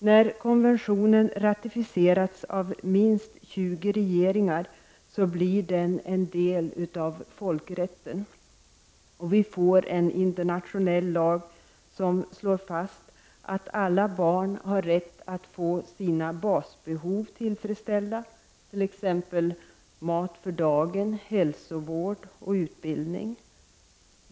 När konventionen har ratificerats av minst 20 regeringar blir den en del av folkrätten. Vi får en internationell lag som slår fast att alla barn har rätt att få sina basbehov tillfredsställda, t.ex. mat för dagen, hälsovård och utbildning.